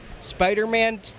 Spider-Man